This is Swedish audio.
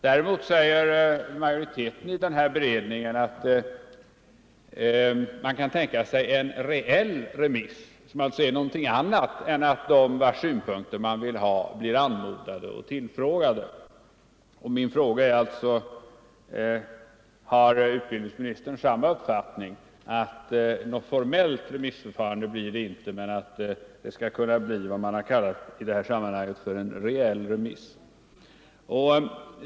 Däremot säger majoriteten i beredningen att man kan tänka sig en reell remiss, vilket är någonting annat än att de vars synpunkter man vill ha blir anmodade och tillfrågade. Min fråga är alltså: Har utbildningsministern den uppfattningen att något formellt remissförfarande inte blir av, men att det i stället kan bli vad man i detta sammanhang kallat en reell remiss?